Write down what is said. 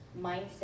mindset